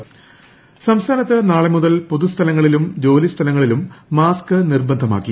mask പിഴ സംസ്ഥാനത്ത് നാളെ മുതൽ പൊതുസ്ഥലങ്ങളിലും ജോലിസ്ഥലങ്ങളിലും മാസ്ക് നിർബന്ധമാക്കി